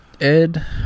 Ed